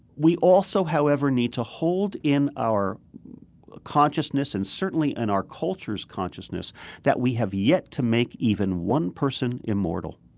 we also, however, need to hold in our consciousness and certainly in and our culture's consciousness that we have yet to make even one person immortal.